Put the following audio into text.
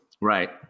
right